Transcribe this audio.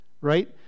Right